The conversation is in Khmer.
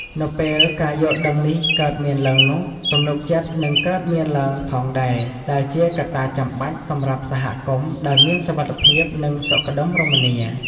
នៅពេលការយល់ដឹងនេះកើតមានឡើងនោះ ទំនុកចិត្តនឹងកើតមានឡើងផងដែរ ដែលជាកត្តាចាំបាច់សម្រាប់សហគមន៍ដែលមានសុវត្ថិភាព និងសុខដុមរមនា។